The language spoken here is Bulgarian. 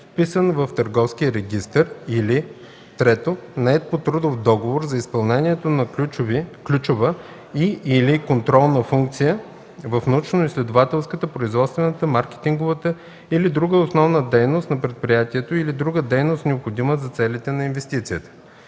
регистър, или 3. нает по трудов договор за изпълнението на ключова и/или контролна функция в научноизследователската, производствената, маркетинговата или друга основна дейност на предприятието или друга дейност, необходима за целите на инвестицията.